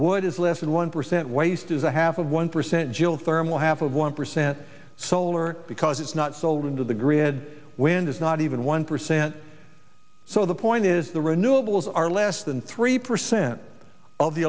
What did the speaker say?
what is less than one percent waste is a half of one percent jills thermal half of one percent solar because it's not sold into the grid wind is not even one percent so the point is the renewables are less than three percent of the